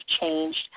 changed